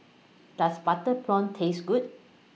Does Butter Prawns Taste Good